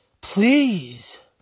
please